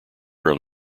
drum